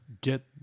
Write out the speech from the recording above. get